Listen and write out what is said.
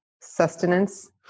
sustenance